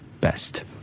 best